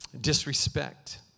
disrespect